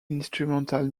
instrumental